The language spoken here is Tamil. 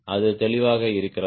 அது தெளிவாக இருக்கிறதா